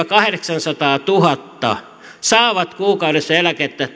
kahdeksansataatuhatta saa kuukaudessa eläkettä